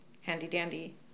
handy-dandy